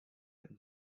and